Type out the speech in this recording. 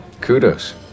Kudos